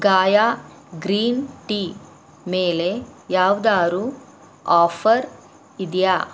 Gaia green tea ಮೇಲೆ ಯಾವ್ದಾದ್ರು offer ಇದೆಯಾ